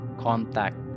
contact